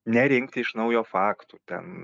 nerinkti iš naujo faktų ten